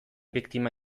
biktima